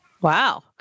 Wow